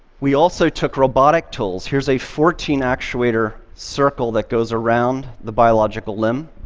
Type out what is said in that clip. we also took robotic tools here's a fourteen actuator circle that goes around the biological limb.